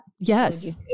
Yes